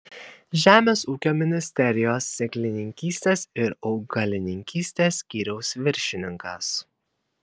žemės ūkio ministerijos sėklininkystės ir augalininkystės skyriaus viršininkas